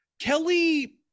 Kelly